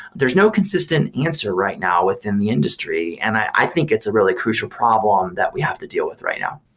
there's no consistent answer right now within the industry. and i think it's a really crucial problem that we have to deal with right now.